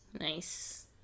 nice